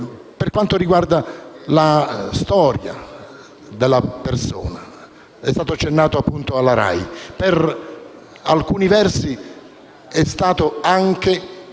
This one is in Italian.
Per quanto riguarda la storia della persona, è stato qui accennato alla RAI. Per alcuni versi, è stato anche